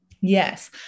Yes